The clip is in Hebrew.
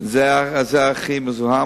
הכי מזוהם.